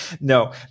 No